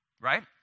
right